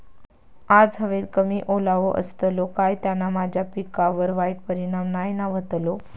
आज हवेत कमी ओलावो असतलो काय त्याना माझ्या पिकावर वाईट परिणाम नाय ना व्हतलो?